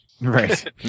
Right